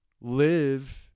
live